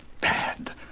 bad